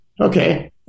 okay